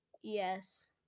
yes